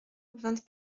vingt